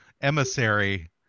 emissary